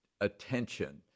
attention